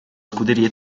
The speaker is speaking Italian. scuderia